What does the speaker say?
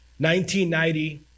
1990